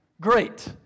Great